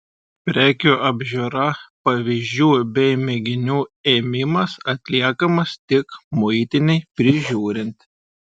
prekių apžiūra pavyzdžių bei mėginių ėmimas atliekamas tik muitinei prižiūrint